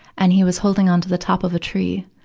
and he was holding onto the top of a tree,